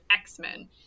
X-Men